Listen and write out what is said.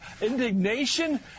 indignation